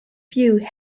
views